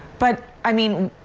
but, i mean,